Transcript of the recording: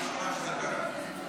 זו פעם ראשונה שזה קרה.